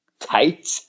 tight